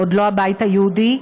עוד לא הבית היהודי,